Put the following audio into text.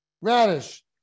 Radish